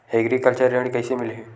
Agriculture ऋण कइसे मिलही?